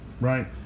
right